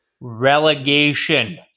relegation